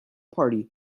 party